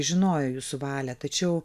žinojo jūsų valia tačiau